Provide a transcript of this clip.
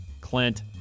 Clint